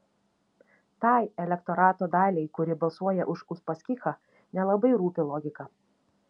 tai elektorato daliai kuri balsuoja už uspaskichą nelabai rūpi logika